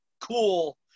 cool